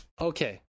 okay